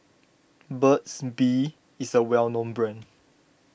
Burt's Bee is a well known brand